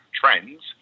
trends